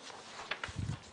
10:40.